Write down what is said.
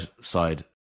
side